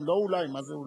לא אולי, מה זה אולי?